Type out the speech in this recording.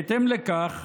בהתאם לכך,